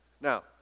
Now